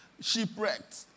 Shipwrecked